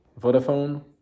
vodafone